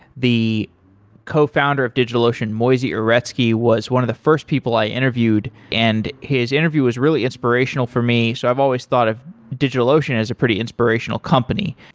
the cofounder of digitalocean, moisey uretsky, was one of the first people i interviewed, and his interview was really inspirational for me. so i've always thought of digitalocean as a pretty inspirational company.